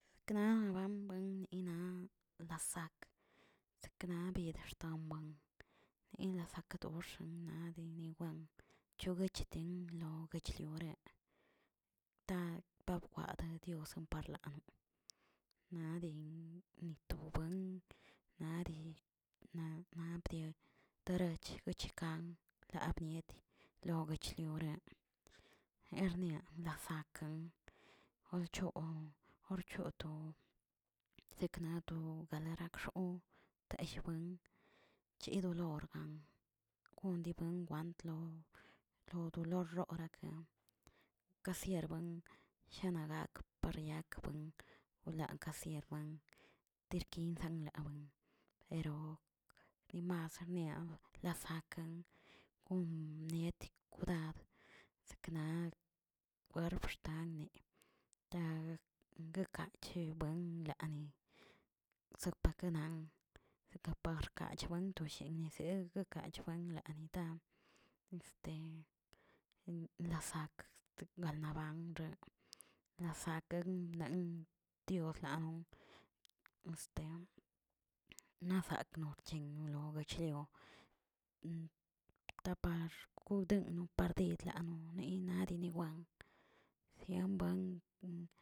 Sekna bueni nina lasakꞌ seknaꞌ bidaxten buen nila sakdoxen nadeni wen chogue chetin wguechlioreꞌ, ta babkwadeꞌ wson parlana naden ni tobuen naꞌ dii na- na' bde tarach guchican lamnieti loguech loria, ernia lasakan jochoo jorchoto sekna to narakxoꞌo teyijbuen chidolorgan kon dii wen wantlo lo dolorxaka, ka sierbuen jienagak niak buen olan ka sier buan, tirkinsakbuen ero nimas rnea lasaken kon niet kudad sekna werubxtanne, tag guekagche buenlaani, sopakenan sekaparkachbuen toshiene zəegkaꞌchbuen lanidaa este losak ganaban lasaken nen dioglanon, este nosak nochen lo yegchlio tapar kodeno na pardid lanon de no inadine wan sienbuen.